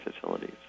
facilities